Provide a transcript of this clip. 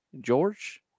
George